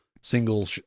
single